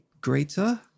greater